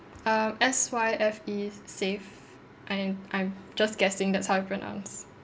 uh S Y F E Syfe I am I'm just guessing that's how you pronounce